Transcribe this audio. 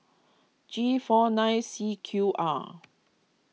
G four nine C Q R